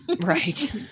Right